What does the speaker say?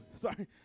Sorry